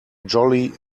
jolly